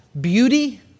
beauty